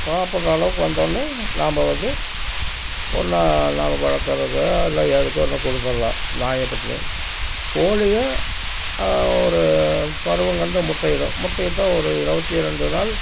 சாப்பிட்ற அளவுக்கு வந்தவுடனே நாம் வந்து ஒன்றா நாம் வளர்த்தறதுக்கோ இல்லை எதுக்கோ ஒன்று குடுத்தடுலாம் நாயைப் பற்றி கோழியும் ஒரு பருவம் கண்டு முட்டை இடும் முட்டை இட்டு ஒரு இருவத்தி ரெண்டு நாள்